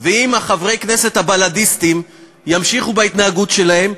אם חברי הכנסת הבל"דיסטים ימשיכו בהתנהגות שלהם,